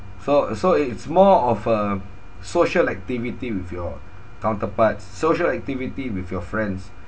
so so it's more of a social activity with your counterpart social activity with your friends